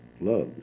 loves